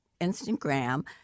Instagram